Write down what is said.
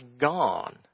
gone